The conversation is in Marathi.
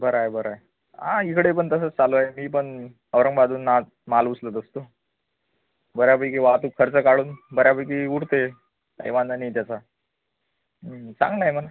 बरं आहे बरं आहे आ इकडे पण तसंच चालू आहे मी पण औरंगाबादहून नाळ माल उचलत असतो बऱ्यापैकी वाहतूक खर्च काढून बऱ्यापैकी उरते काही वांधा नाही त्याचा चांगलं आहे मग